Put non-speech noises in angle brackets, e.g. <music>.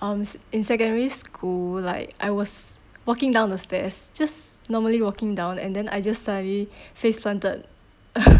um in secondary school like I was walking down the stairs just normally walking down and then I just suddenly faced planted <laughs> uh